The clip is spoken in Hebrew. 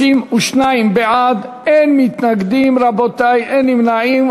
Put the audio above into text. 32 בעד, אין מתנגדים, רבותי, אין נמנעים.